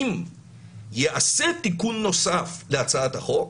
אם ייעשה תיקון נוסף להצעת החוק